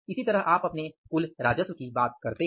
इसी तरह आप अपने कुल राजस्व की बात करते हैं